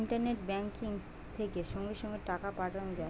internet banking থেকে সঙ্গে সঙ্গে টাকা পাঠানো যায়